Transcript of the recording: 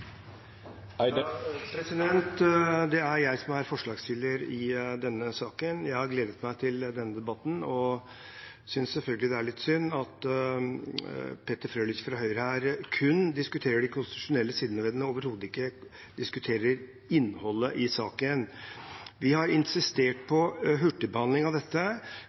Det er jeg, bl.a., som er forslagsstiller i denne saken. Jeg har gledet meg til denne debatten og synes selvfølgelig det er litt synd at Peter Frølich fra Høyre her kun diskuterer de konstitusjonelle sidene ved den, og overhodet ikke diskuterer innholdet i saken. Vi har insistert på hurtigbehandling av dette